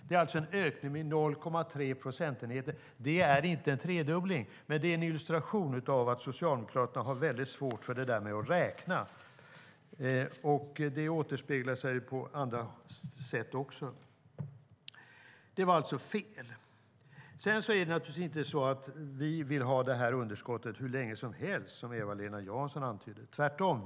Det är alltså en ökning med 0,3 procentenheter. Det är inte en tredubbling, men det är en illustration av att Socialdemokraterna har väldigt svårt att räkna. Det återspeglar sig också i andra sammanhang. Det var alltså fel. Sedan är det naturligtvis inte så att vi vill ha det här underskottet hur länge som helst, som Eva-Lena Jansson antydde, tvärtom.